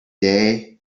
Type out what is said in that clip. day